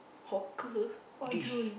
hawker dish